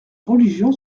religion